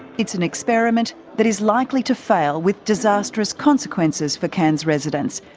it's an experiment that is likely to fail with disastrous consequences for cairns' residents,